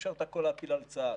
אי-אפשר את הכול להפיל על צה"ל.